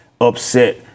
upset